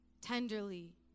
tenderly